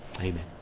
Amen